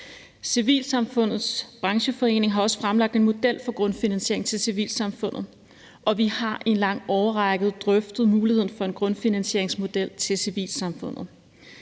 Civilsamfundets Brancheforening har også fremlagt en model for grundfinansiering af civilsamfundet, og vi har i en lang årrække drøftet muligheden for en grundfinansieringsmodel for civilsamfundet.